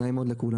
נעים מאוד לכולם.